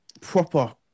Proper